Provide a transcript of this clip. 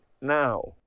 now